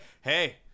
hey